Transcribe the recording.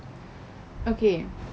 okay